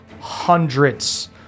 hundreds